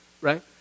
right